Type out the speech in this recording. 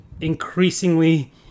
increasingly